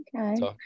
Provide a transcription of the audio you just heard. Okay